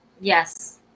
Yes